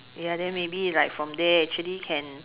ya then maybe like from there actually can